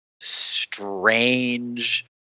strange